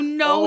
no